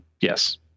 Yes